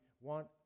want